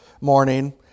morning